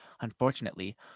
unfortunately